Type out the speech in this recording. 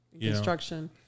Construction